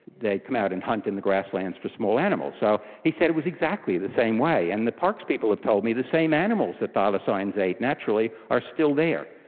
they'd come out and hunt in the grasslands for small animals. so he said it was exactly the same way, and the parks people have told me the same animals that thylacines ate, naturally, are still there.